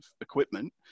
equipment